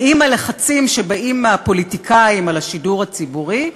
האם הלחצים שבאים מהפוליטיקאים על השידור הציבורי,